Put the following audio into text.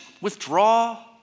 withdraw